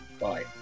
Bye